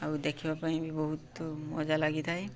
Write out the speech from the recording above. ଆଉ ଦେଖିବା ପାଇଁ ବି ବହୁତ ମଜା ଲାଗିଥାଏ